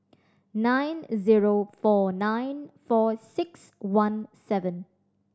nine zero four nine four six one seven